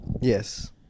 Yes